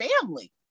family